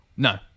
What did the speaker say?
No